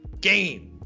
game